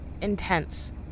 intense